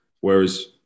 Whereas